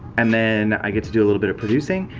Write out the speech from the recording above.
and then i get to do a little bit of producing,